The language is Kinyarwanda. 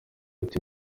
ati